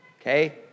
okay